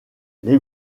les